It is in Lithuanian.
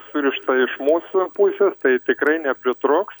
surišta iš mūsų pusės tai tikrai nepritrūks